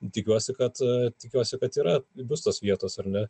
tikiuosi kad tikiuosi kad yra bus tos vietos ar ne